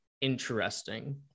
interesting